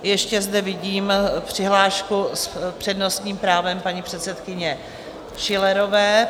Ještě zde vidím přihlášku s přednostním právem paní předsedkyně Schillerové.